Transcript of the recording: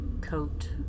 coat